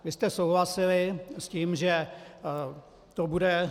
Vy jste souhlasili s tím, že to bude.